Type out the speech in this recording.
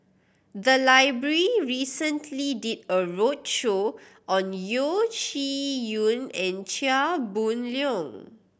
the library recently did a roadshow on Yeo Shih Yun and Chia Boon Leong